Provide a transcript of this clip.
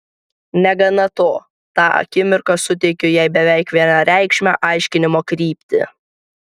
negana to tą akimirką suteikiu jai beveik vienareikšmę aiškinimo kryptį